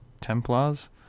Templars